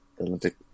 Olympic